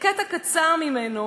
קטע קצר ממנו.